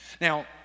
Now